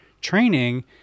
training